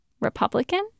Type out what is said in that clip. Republican